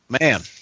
Man